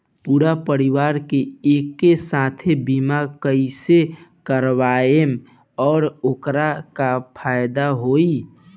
पूरा परिवार के एके साथे बीमा कईसे करवाएम और ओकर का फायदा होई?